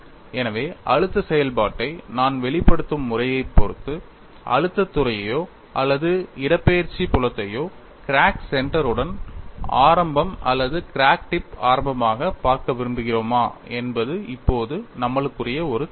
எனவே அழுத்த செயல்பாட்டை நான் வெளிப்படுத்தும் முறையைப் பொறுத்து அழுத்தத் துறையையோ அல்லது இடப்பெயர்ச்சி புலத்தையோ கிராக் சென்டருடன் ஆரம்பம் அல்லது கிராக் டிப் ஆரம்பமாக பார்க்க விரும்புகிறோமா என்பது இப்போது நம்மளுக்குரிய ஒரு தேர்வு